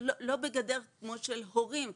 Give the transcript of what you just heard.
לא בגדר של הורים,